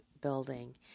building